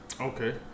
Okay